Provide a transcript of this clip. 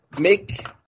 make